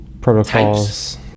protocols